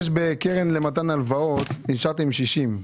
בקרן למתן הלוואות אישרתם 60,